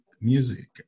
music